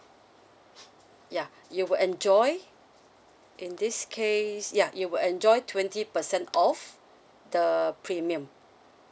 ya you will enjoy in this case ya you will enjoy twenty percent off the premium